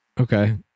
Okay